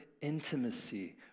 intimacy